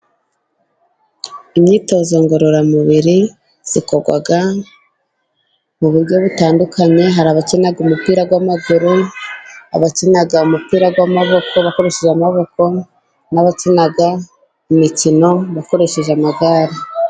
Imyitozo ngororamubiri ikorwa mu buryo butandukanye, hari abakina umupira w'amaguru, abakina umupira w'amaboko bakoresheje amaboko, n'abakina imikino bakoresheje amagare.